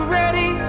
ready